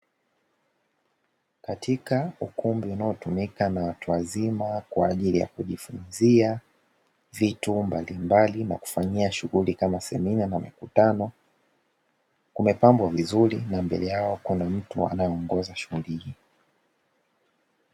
Katika ukumbi unaotumika na watu wazima kwa ajili ya kujifunzia vitu mbalimbali na kufanyia shughuli kama semina na mikutano, umepambwa vizuri na mbele yao kuna mtu anaeongoza shughuli hii.